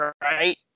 Right